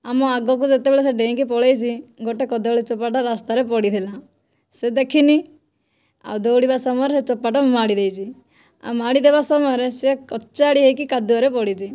ଆମ ଆଗକୁ ଯେତେବେଳେ ସେ ଡେଇଁକି ପଳେଇଛି ଗୋଟିଏ କଦଳୀ ଚୋପାଟା ରାସ୍ତାରେ ପଡ଼ିଥିଲା ସେ ଦେଖିନି ଆଉ ଦୌଡ଼ିବା ସମୟରେ ଚୋପାଟା ମାଡ଼ି ଦେଇଛି ଆଉ ମାଡ଼ି ଦେବା ସମୟରେ ସେ କଚାଡ଼ି ହୋଇକି କାଦୁଅରେ ପଡ଼ିଛି